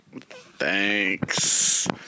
Thanks